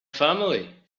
family